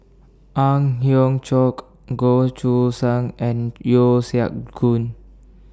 Ang Hiong Chiok Goh Choo San and Yeo Siak Goon